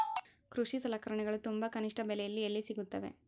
ಕೃಷಿ ಸಲಕರಣಿಗಳು ತುಂಬಾ ಕನಿಷ್ಠ ಬೆಲೆಯಲ್ಲಿ ಎಲ್ಲಿ ಸಿಗುತ್ತವೆ?